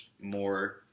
more